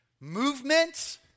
Movement